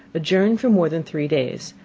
adjourn for more than three days,